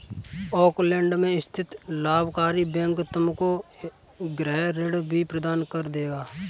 Auckland में स्थित लाभकारी बैंक तुमको गृह ऋण भी प्रदान कर देगा